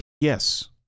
Yes